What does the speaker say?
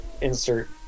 insert